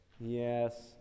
Yes